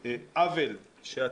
מי משתף פעולה עם הדבר הזה?